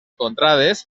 contrades